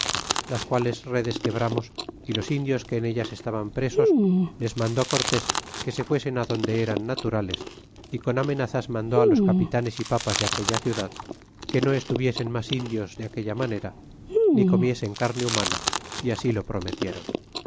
las quales redes quebramos y los indios que en ellas estaban presos les mandó cortés que se fuesen adonde eran naturales y con amenazas mandó los capitanes y papas de aquella ciudad que no tuviesen mas indios de aquella manera ni comiesen carne humana y así lo prometiéron